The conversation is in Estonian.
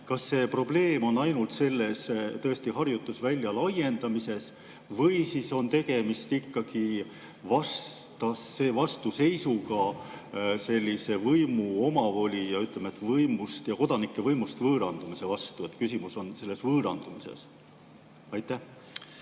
Kas see probleem on ainult selles harjutusvälja laiendamises või siis on tegemist ikkagi vastuseisuga sellise võimu omavoli ja kodanike võimust võõrandumise vastu? Küsimus on selles võõrandumises. Aitäh,